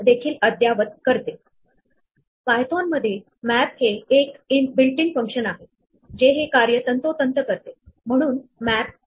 लक्षपूर्वक पाहा इथे हे सेटिंग करताना आपण लाल हे रिपीट केले आहे परंतु हा सेट असल्यामुळे हा पुन्हा आलेला लाल आपोआप निघून जातो